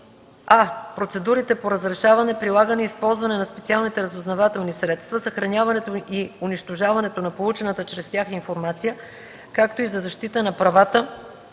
а) процедурите по разрешаване, прилагане и използване на специалните разузнавателни средства, съхраняването и унищожаването на получената чрез тях информация, както и за защита на правата